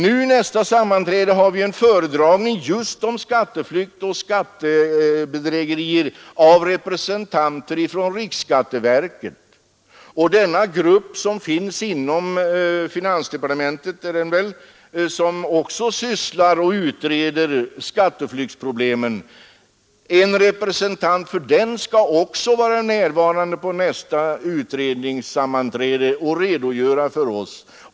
Vid nästa sammanträde skall vi ha en ny föredragning om skatteflykt och skattebedrägeri av representanter från riksskatteverket. En representant för den grupp inom finansdepartementet som också sysslar med och utreder skatteflyktsproblemet skall vara närvarande på nästa utredningssammanträde och informera oss.